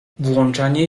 włączanie